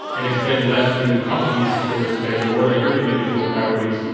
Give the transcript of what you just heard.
and it's been left to companies to sort of say, well, what are your individual priorities?